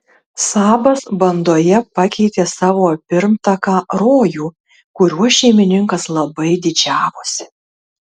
sabas bandoje pakeitė savo pirmtaką rojų kuriuo šeimininkas labai didžiavosi